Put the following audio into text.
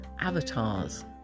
avatars